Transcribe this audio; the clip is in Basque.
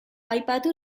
aipatu